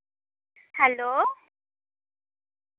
hello